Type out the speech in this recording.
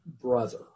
brother